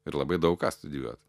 ir labai daug ką studijuot